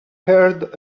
heard